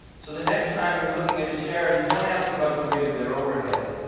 so the next time you're looking at a charity, don't ask about the rate of their overhead.